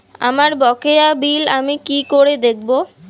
আমার বকেয়া বিল আমি কি করে দেখব?